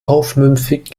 aufmüpfig